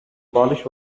polish